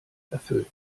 erfüllen